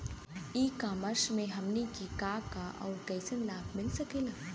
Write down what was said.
ई कॉमर्स से हमनी के का का अउर कइसन लाभ मिल सकेला?